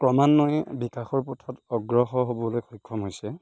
ক্ৰমান্বয়ে বিকাশৰ পথত অগ্ৰসৰ হ'বলৈ সক্ষম হৈছে